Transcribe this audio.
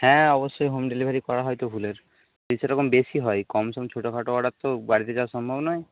হ্যাঁ অবশ্যই home delivery করা হয় তো ফুলের সেরকম বেশি হয় কমসম ছোটো খাটো অর্ডার তো বাড়িতে দেওয়া সম্ভব নয়